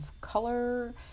color